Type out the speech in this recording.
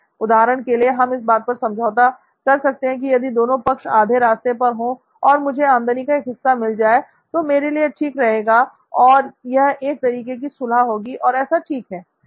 उदाहरण के लिए हम इस बात पर समझौता कर सकते हैं कि यदि दोनों पक्ष आधे रास्ते पर हो और मुझे आमदनी का एक हिस्सा मिल जाए तो मेरे लिए यह ठीक रहेगा और यह एक तरीके की सुलह होगी और ऐसा ठीक है